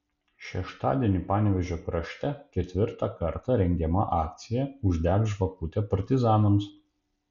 šeštadienį panevėžio krašte ketvirtą kartą rengiama akcija uždek žvakutę partizanams